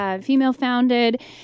female-founded